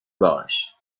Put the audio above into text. باش